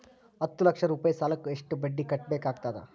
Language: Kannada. ಹತ್ತ ಲಕ್ಷ ರೂಪಾಯಿ ಸಾಲಕ್ಕ ಎಷ್ಟ ಬಡ್ಡಿ ಕಟ್ಟಬೇಕಾಗತದ?